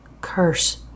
curse